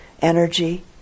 energy